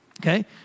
okay